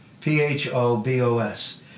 P-H-O-B-O-S